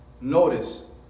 notice